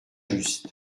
just